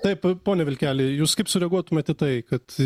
taip pone vilkeli jūs kaip sureaguotumėt į tai kad